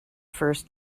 first